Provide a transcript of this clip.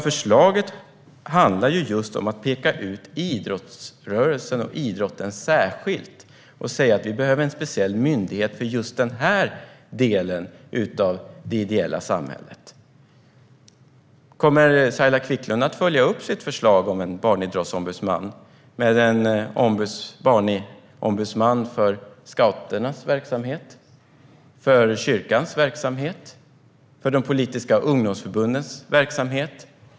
Förslaget handlar om att särskilt peka ut idrottsrörelsen och idrotten och säga att vi behöver en särskild myndighet för just den här delen av det ideella samhället. Kommer Saila Quicklund att följa upp sitt förslag om en barnidrottsombudsman med förslag om en barnombudsman för scouternas verksamhet? För kyrkans verksamhet? För de politiska ungdomsförbundens verksamhet?